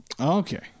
Okay